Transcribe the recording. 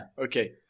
okay